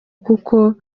kuko